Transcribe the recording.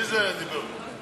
מי זה, מי דיבר?